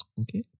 Okay